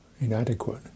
inadequate